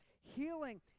healing